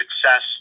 success